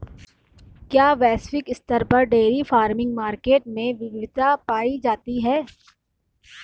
क्या वैश्विक स्तर पर डेयरी फार्मिंग मार्केट में विविधता पाई जाती है?